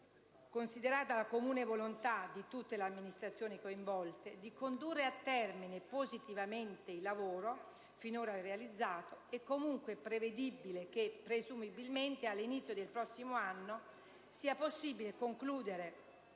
Considerata la comune volontà di tutte le amministrazioni coinvolte di condurre a termine positivamente il lavoro finora realizzato, è comunque prevedibile che (...) presumibilmente all'inizio del prossimo anno, sia possibile concludere